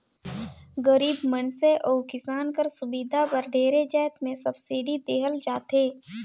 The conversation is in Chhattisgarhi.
गरीब मइनसे अउ किसान कर सुबिधा बर ढेरे जाएत में सब्सिडी देहल जाथे